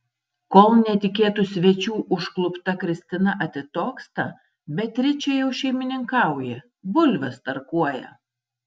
kol netikėtų svečių užklupta kristina atitoksta beatričė jau šeimininkauja bulves tarkuoja